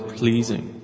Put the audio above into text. pleasing